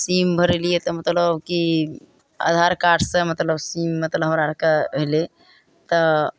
सीम भरेलियै तऽ मतलब की आधार कार्ड सऽ मतलब सीम मतलब हमरा आरके अयलै तऽ